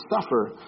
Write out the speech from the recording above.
suffer